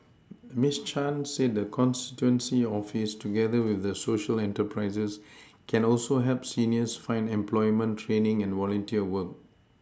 Miss Chan said the constituency office together with the Social enterprises can also help seniors find employment training and volunteer work